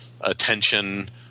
attention